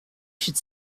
should